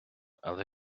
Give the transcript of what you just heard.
але